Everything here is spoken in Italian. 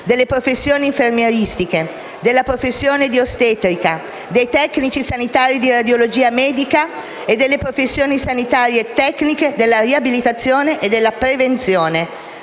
delle professioni infermieristiche, della professione di ostetrica, dei tecnici sanitari di radiologia medica e delle professioni sanitarie tecniche, della riabilitazione e della prevenzione.